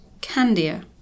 Candia